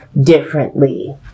differently